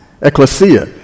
ecclesia